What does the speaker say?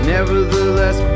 Nevertheless